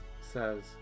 says